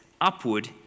upward